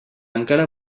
encara